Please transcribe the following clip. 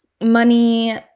money